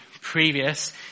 previous